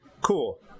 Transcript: cool